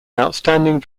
outstanding